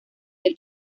del